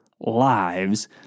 lives